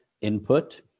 input